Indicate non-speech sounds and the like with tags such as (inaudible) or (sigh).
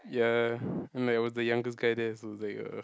ya (breath) and like I was the youngest guy there so is like uh